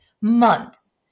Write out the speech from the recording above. months